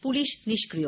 police নিষ্ক্রিয়